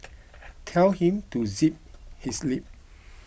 tell him to zip his lip